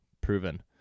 Proven